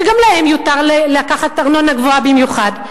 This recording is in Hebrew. שגם להן יותר לקחת ארנונה גבוהה במיוחד.